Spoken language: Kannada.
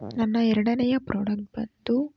ನನ್ನ ಎರಡನೆಯ ಪ್ರೊಡಕ್ಟ್ ಬಂದು